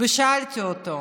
ושאלתי אותו: